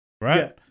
right